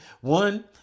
One